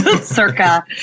Circa